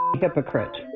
hypocrite